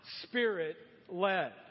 spirit-led